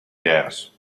gas